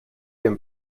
den